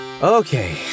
Okay